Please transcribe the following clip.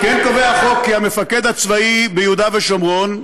כן קובע החוק כי המפקד הצבאי ביהודה ושומרון,